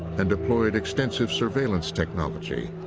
and deployed extensive surveillance technology.